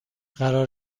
قرار